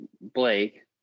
Blake